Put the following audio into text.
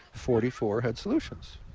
forty four had solutions.